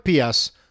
PS